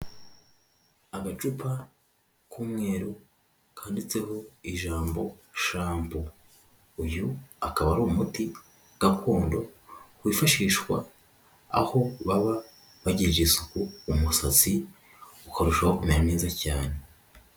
Agacupa k'umweru kanditseho ijambo shampo, uyu akaba ari umuti gakondo wifashishwa aho baba bagiriye isuku umusatsi ukarushaho kumera neza cyane.